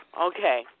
Okay